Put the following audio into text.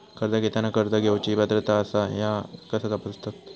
कर्ज घेताना कर्ज घेवची पात्रता आसा काय ह्या कसा तपासतात?